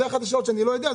זו אחת השאלות שאני לא יודע,